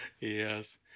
Yes